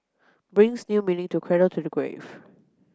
brings new meaning to cradle to the grave